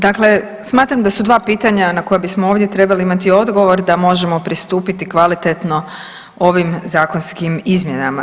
Dakle, smatram da su dva pitanja na koja bismo ovdje trebali imati odgovor da možemo pristupiti kvalitetno ovim zakonskim izmjenama.